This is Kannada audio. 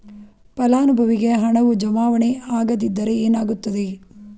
ಫಲಾನುಭವಿಗೆ ಹಣವು ಜಮಾವಣೆ ಆಗದಿದ್ದರೆ ಏನಾಗುತ್ತದೆ?